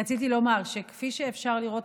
רציתי לומר שכפי שאפשר לראות,